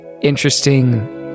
interesting